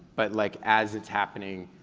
but like as it's happening,